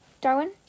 Darwin